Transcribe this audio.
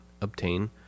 obtain